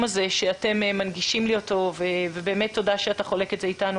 הזה שאתם מנגישים לי אותו ובאמת תודה שאתה חולק את זה אתנו,